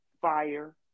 fire